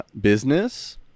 business